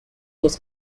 was